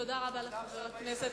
אתה האיש הכי מפורסם בערוץ-2?